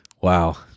Wow